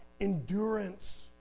endurance